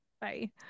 Bye